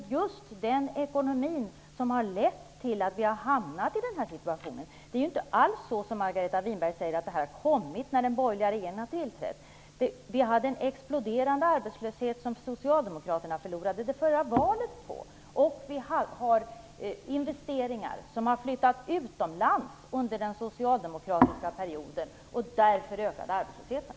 Det är just den ekonomin som har lett till att vi har hamnat i den här situationen. Det är inte alls så, som Margareta Winberg sade, att problemen uppkom när den borgerliga regeringen tillträdde. Arbetslösheten exploderade, och därför förlorade Socialdemokraterna det förra valet. Investeringar flyttades utomlands under den socialdemokratiska perioden, och därför ökade arbetslösheten.